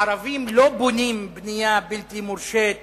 הערבים לא בונים בנייה בלתי מורשית